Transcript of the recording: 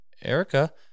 Erica